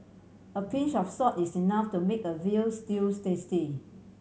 a pinch of salt is enough to make a veal stews tasty